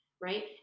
right